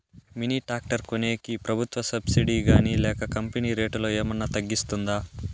Mini tractor కొనేకి ప్రభుత్వ subsidy గాని లేక కంపెని రేటులో ఏమన్నా తగ్గిస్తుందా?